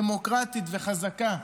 דמוקרטית וחזקה,